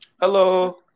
hello